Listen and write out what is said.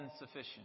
insufficient